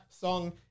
song